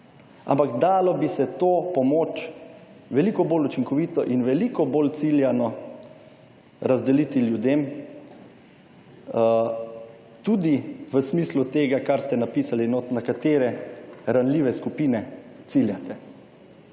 Ampak dalo bi se to pomoč veliko bolj učinkovito in veliko bolj ciljano razdeliti ljudem tudi v smislu tega kar ste napisali notri na katere ranljive skupine ciljate.